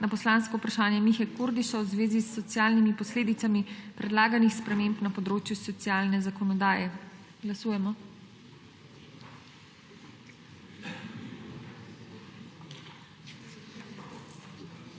na poslansko vprašanje Mihe Kordiša v zvezi s socialnimi posledicami predlaganih sprememb na področju socialne zakonodaje. Glasujemo.